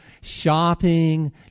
shopping